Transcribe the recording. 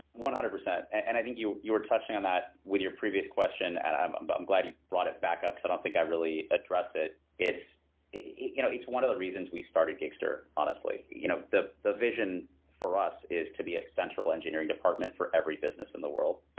one hundred percent, and i think you you were touching on that with your previous question, and but i'm glad you brought it back up, so i don't think i really address it. it's you know it's one of the reasons we started gigster, honestly. you know the the vision for us is to be a central engineering department for every business in the world.